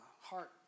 heart